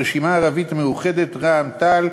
ברשימה הערבית המאוחדת רע"ם-תע"ל,